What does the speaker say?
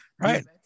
Right